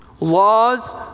laws